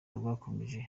rwakomeje